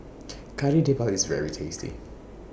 Kari Debal IS very tasty